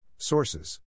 Sources